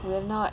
will not